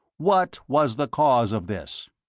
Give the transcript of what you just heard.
what was the cause of this?